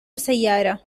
سيارة